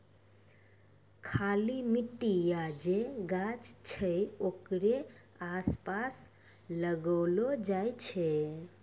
खाली मट्टी या जे गाछ छै ओकरे आसपास लगैलो जाय छै